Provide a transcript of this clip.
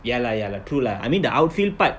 ya lah ya lah true lah I mean the outfield part